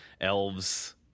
elves